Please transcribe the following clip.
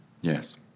Yes